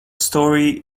story